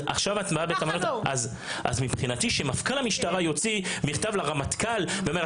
אז מבחינתי שמפכ"ל המשטרה יוציא מכתב לרמטכ"ל שאומר,